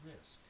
risk